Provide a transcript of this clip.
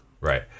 right